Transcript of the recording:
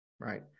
right